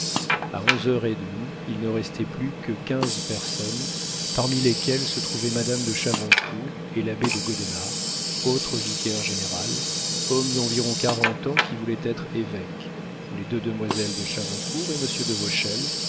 a onze heures et demie il ne restait plus que quinze personnes parmi lesquelles se trouvait madame de chavoncourt et l'abbé de godenars autre vicaire-général homme d'environ quarante ans qui voulait être évêque les deux demoiselles de chavoncourt et monsieur de